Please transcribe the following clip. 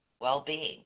well-being